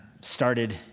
started